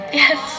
yes